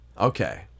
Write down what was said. Okay